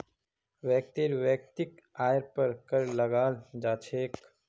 व्यक्तिर वैयक्तिक आइर पर कर लगाल जा छेक